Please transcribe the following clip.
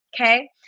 Okay